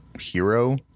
Hero